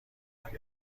دارید